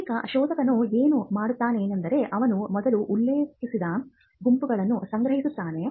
ಈಗ ಶೋಧಕನು ಏನು ಮಾಡುತ್ತಾನೆಂದರೆ ಅವನು ಮೊದಲು ಉಲ್ಲೇಖಗಳ ಗುಂಪನ್ನು ಸಂಗ್ರಹಿಸುತ್ತಾನೆ